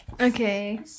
Okay